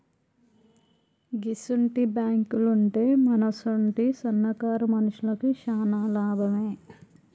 గిసుంటి బాంకులుంటే మనసుంటి సన్నకారు మనుషులకు శాన లాభమే